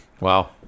Wow